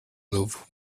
love